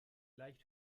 leicht